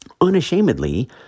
unashamedly